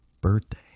birthday